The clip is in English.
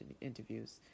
interviews